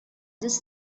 just